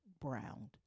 browned